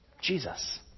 Jesus